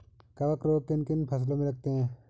कवक रोग किन किन फसलों में लगते हैं?